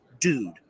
dude